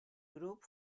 grup